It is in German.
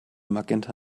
magenta